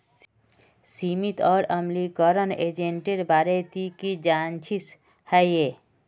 सीमित और अम्लीकरण एजेंटेर बारे ती की जानछीस हैय